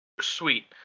sweet